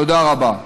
תודה רבה.